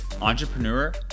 entrepreneur